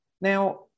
Now